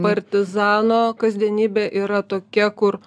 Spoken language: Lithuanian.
partizano kasdienybė yra tokia kur